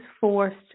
forced